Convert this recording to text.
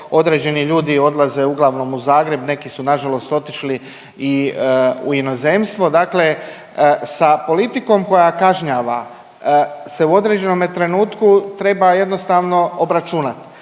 određeni ljudi odlaze uglavnom u Zagreb, neki su nažalost otišli i u inozemstvo, dakle sa politikom koja kažnjava se u određenome trenutku treba jednostavno obračunat